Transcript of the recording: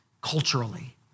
culturally